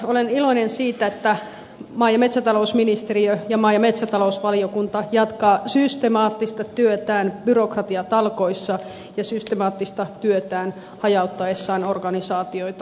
olen iloinen siitä että maa ja metsätalousministeriö ja maa ja metsätalousvaliokunta jatkavat systemaattista työtään byrokratiatalkoissa ja systemaattista työtään hajauttaessaan organisaatioita